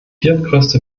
viertgrößte